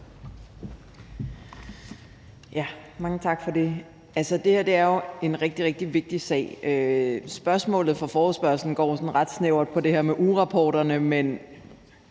Mange tak for det. Det her er jo en rigtig, rigtig vigtig sag. Spørgsmålet i forespørgslen går sådan ret snævert på det her med ugerapporterne, men